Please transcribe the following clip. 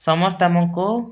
ସମସ୍ତେ ଆମକୁ